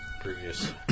previous